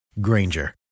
Granger